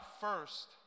first